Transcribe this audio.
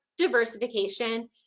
diversification